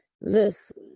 Listen